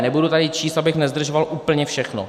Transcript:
Nebudu tady číst, abych nezdržoval, úplně všechno.